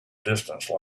distance